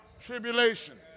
tribulation